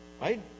right